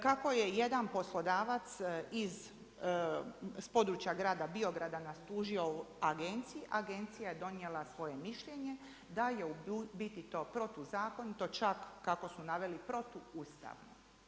Kako je jedan poslodavac s područja grada Biograda nas tužio agencija, agencija je donijela svoje mišljenje da je u biti to protuzakonito čak kako su naveli protuustavno.